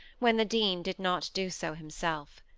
when the dean did not do so himself.